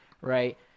right